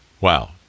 Wow